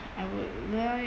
I would like